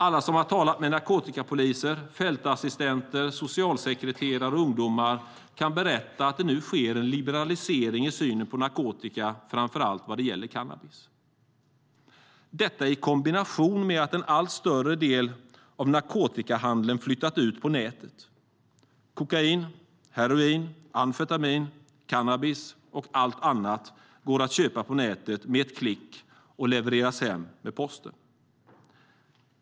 Alla som talat med narkotikapoliser, fältassistenter, socialsekreterare och ungdomar kan berätta att det nu sker en liberalisering i synen på narkotika, framför allt vad gäller cannabis - detta i kombination med att en allt större del av narkotikahandeln flyttat ut på nätet. Kokain, heroin, amfetamin, cannabis och allt annat går att köpa på nätet med ett klick och levereras hem med posten.